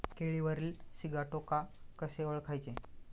केळीवरील सिगाटोका कसे ओळखायचे?